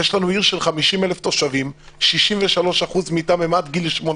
יש לנו עיר של 50,000 תושבים, 63% עד גיל 18,